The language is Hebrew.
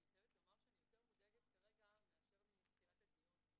אני חייבת לומר שאני יותר מודאגת כרגע מאשר בתחילת הדיון.